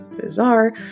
bizarre